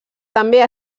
també